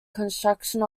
construction